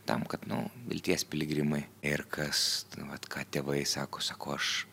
tam kad nu vilties piligrimai ir kas ten vat ką tėvai sako sako aš